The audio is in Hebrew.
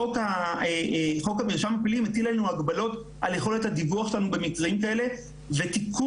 חוק המרשם הפלילי מטיל הגבלות על יכולת הדיווח שלנו במקרים כאלה ותיקון